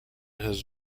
his